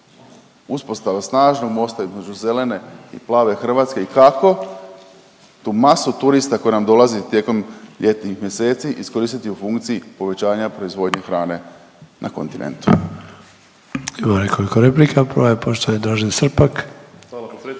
uspostava snažnog mosta između zelene i plave Hrvatske i kako tu masu turista koji nam dolazi tijekom ljetnih mjeseci iskoristiti u funkciji povećanja proizvodnje hrane na kontinentu.